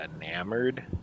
enamored